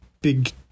big